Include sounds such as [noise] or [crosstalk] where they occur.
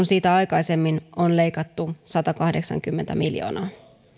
[unintelligible] siitä aikaisemmin on leikattu satakahdeksankymmentä miljoonaa